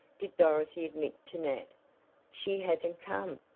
did dorothy admit to nat she hasn't come!